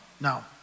Now